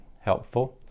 helpful